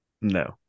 No